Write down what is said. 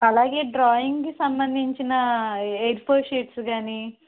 అలాగే డ్రాయింగ్కి సంబంధించిన ఏ ఫోర్ షీట్స్ కానీ